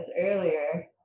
earlier